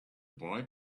boy